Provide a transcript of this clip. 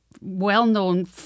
well-known